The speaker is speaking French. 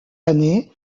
années